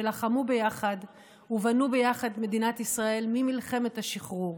שלחמו ביחד ובנו ביחד את מדינת ישראל ממלחמת השחרור.